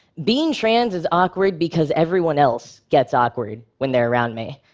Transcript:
being trans is awkward because everyone else gets awkward when they're around me.